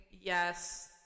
yes